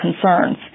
concerns